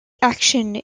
action